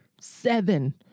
seven